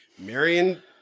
Marion